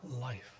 life